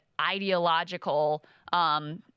ideological